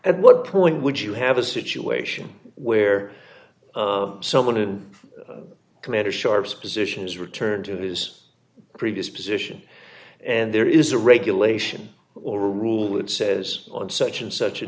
at what point would you have a situation where someone who commander sharp's position is returned to his previous position and there is a regulation or rule that says on such and such a